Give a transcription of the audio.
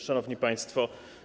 Szanowni Państwo!